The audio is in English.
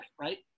right